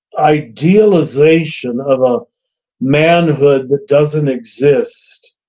idealization of a manhood that doesn't exist,